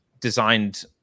designed